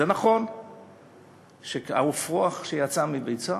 זה נכון שהאפרוח שיצא מביצה